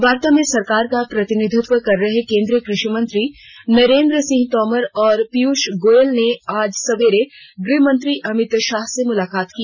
वार्ता में सरकार का प्रतिनिधित्वच कर रहे केन्द्रीय कृषि मंत्री नरेन्द्र सिंह तोमर और पीयूष गोयल ने आज सवेरे गृहमंत्री अमित शाह से मुलाकांत की